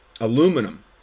aluminum